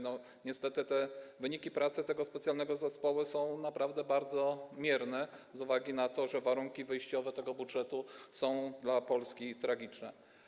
Niestety wyniki pracy tego specjalnego zespołu są naprawdę bardzo mierne z uwagi na to, że warunki wyjściowe tego budżetu są dla Polski tragiczne.